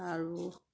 আৰু